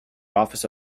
office